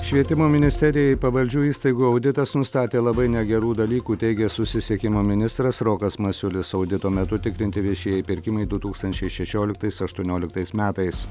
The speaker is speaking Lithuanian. švietimo ministerijai pavaldžių įstaigų auditas nustatė labai negerų dalykų teigė susisiekimo ministras rokas masiulis audito metu tikrinti viešieji pirkimai du tūkstančiai šešioliktais aštuonioliktais metais